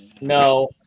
No